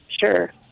sure